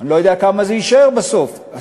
אני לא יודע כמה יישארו בסוף,